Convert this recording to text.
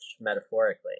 metaphorically